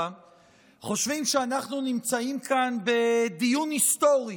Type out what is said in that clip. חושבים שאנחנו נמצאים כאן בדיון היסטורי,